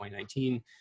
2019